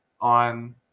on